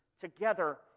together